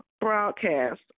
broadcast